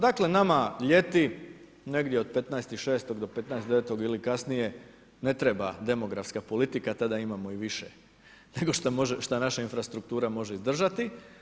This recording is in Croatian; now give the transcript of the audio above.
Dakle nama ljeti negdje od 15.6. do 15.9. ili kasnije ne treba demografska politika, tada imamo i više nego šta naša infrastruktura može izdržati.